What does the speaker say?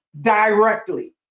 directly